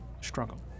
struggle